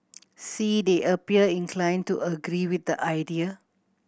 see they appear inclined to agree with the idea